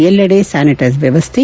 ಎಲ್ಲೆಡೆ ಸ್ಥಾನಿಟೈಸ್ ವ್ಯವಸ್ಥೆ